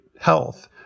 health